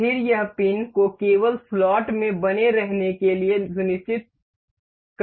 फिर यह पिन को केवल स्लॉट में बने रहने के लिए सुनिश्चित करेगा